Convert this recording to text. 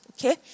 okay